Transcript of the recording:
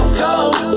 cold